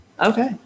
Okay